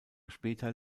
später